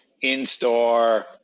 In-store